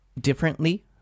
differently